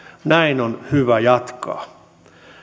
näin on hyvä jatkaa